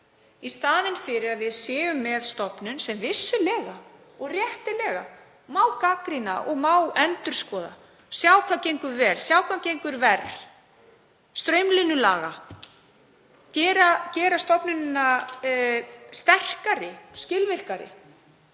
óskýrt. Við vorum með stofnun sem vissulega og réttilega má gagnrýna og má endurskoða, sjá hvað gengur vel, sjá hvað gengur verr, straumlínulaga, gera stofnunina sterkari, skilvirkari.